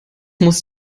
muss